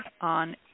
on